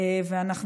אנחנו